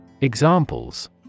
Examples